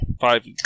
five